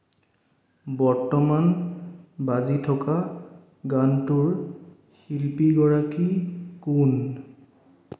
বৰ্তমান বাজি থকা গানটোৰ শিল্পী গৰাকী কোন